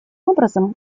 образом